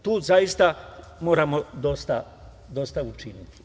Tu zaista moramo dosta učiniti.